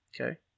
Okay